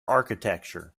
architecture